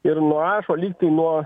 ir nuašo lygtai nuo